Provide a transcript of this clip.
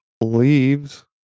leaves